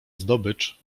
zdobycz